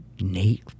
Nate